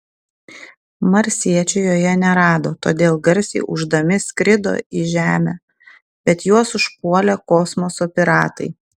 marsiečių joje nerado todėl garsiai ūždami skrido į žemę bet juos užpuolė kosmoso piratai